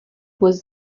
was